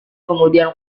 kemudian